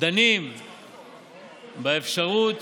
דנים באפשרות